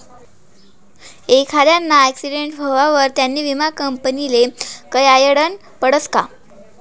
एखांदाना आक्सीटेंट व्हवावर त्यानी विमा कंपनीले कयायडनं पडसं का